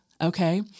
Okay